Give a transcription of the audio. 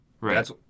Right